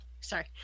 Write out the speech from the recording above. sorry